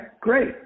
great